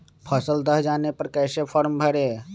फसल दह जाने पर कैसे फॉर्म भरे?